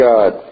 God